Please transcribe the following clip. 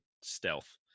stealth